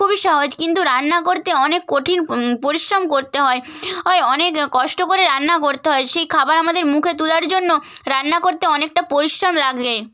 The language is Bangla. খুবই সহজ কিন্তু রান্না করতে অনেক কঠিন পরিশ্রম করতে হয় হয় অনেক কষ্ট করে রান্না করতে হয় সেই খাবার আমাদের মুখে তুলার জন্য রান্না করতে অনেকটা পরিশ্রম লাগে